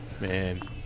Man